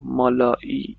مالایی